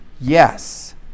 Yes